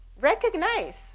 recognize